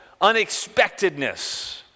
unexpectedness